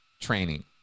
training